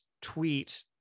tweet